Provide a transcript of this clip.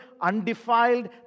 undefiled